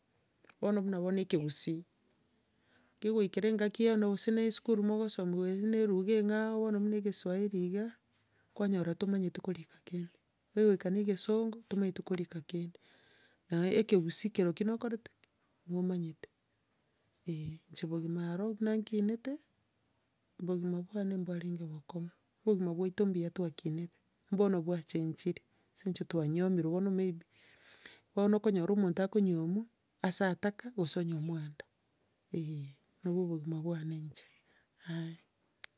Bono buna bono ekegusii, gekoikera engaki bono gose na esukuru mogosomiwa gose na eruga eng'ao bono buna egeswaeri iga, kwanyora tomanyeti korika kende, kegoika na egesongo tomaeti korika kende, ekegusii kerokio nokoreti ki? Nomanyete, eh, inche obogima aro buna nkinete, obogima mbwane bwarenge bokong'u. Obogima bwaito mbuya twakinete, mbono bwanchechire, ase eng'encho twanywomirwe bono maybe, bono okonyora omonto akonyiomwa, ase ataka, gose onyomwa aria ande eh, nabwo obogima bwane inche, eh.